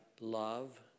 Love